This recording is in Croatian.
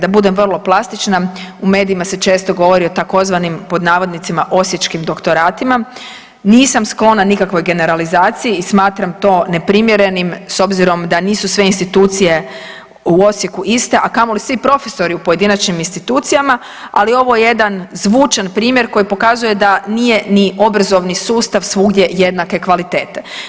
Da budem vrlo plastična u medijima se često govori o tzv. pod navodnicima osječkim doktoratima, nisam sklona nikakvoj generalizaciji i smatram to neprimjerenim s obzirom da nisu sve institucije u Osijeku iste, a kamoli svi profesori u pojedinačnim institucijama, ali ovo je jedan zvučan primjer koji pokazuje da nije ni obrazovni sustav svugdje jednake kvalitete.